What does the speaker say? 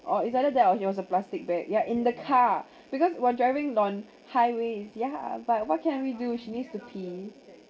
or it's either that or she wants a plastic bag yeah in the car because while driving on highway it's yeah but what can we do she needs to pee